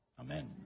Amen